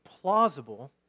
plausible